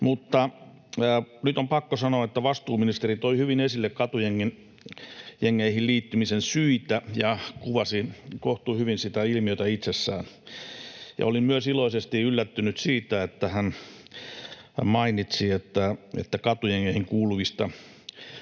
— Nyt on pakko sanoa, että vastuuministeri toi hyvin esille katujengeihin liittymisen syitä ja kuvasi kohtuuhyvin sitä ilmiötä itsessään, ja olin myös iloisesti yllättynyt siitä, että hän mainitsi, että katujengeihin kuuluvista suurin